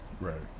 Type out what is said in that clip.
right